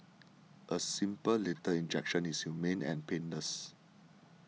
a simple lethal injection is humane and painless